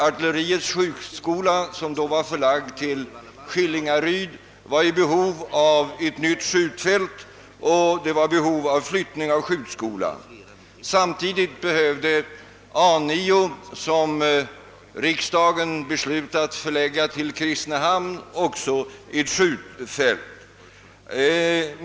Artilleriets skjutskola, som då var förlagd till Skillingaryd, var i behov av ett nytt skjutfält på grund av att en flyttning av skjutskolan skulle ske. Samtidigt behövde A 9, som riksdagen beslutat förlägga till Kristinehamn, också ett skjutfält.